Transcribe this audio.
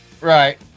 Right